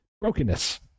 brokenness